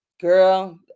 girl